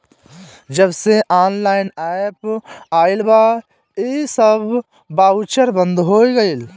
जबसे online app आईल बा इ सब बाउचर बंद हो गईल